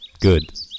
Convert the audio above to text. Good